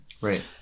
Right